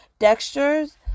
Dexter's